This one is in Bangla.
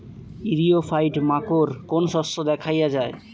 ইরিও ফাইট মাকোর কোন শস্য দেখাইয়া যায়?